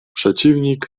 przeciwnik